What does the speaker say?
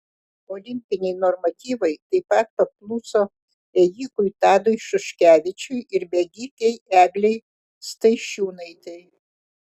olimpiniai normatyvai taip pat pakluso ėjikui tadui šuškevičiui ir bėgikei eglei staišiūnaitei